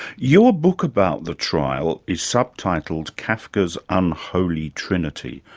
your book about the trial is subtitled kafka's unholy trinity.